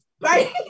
Right